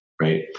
Right